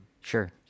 sure